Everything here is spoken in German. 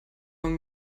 man